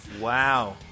Wow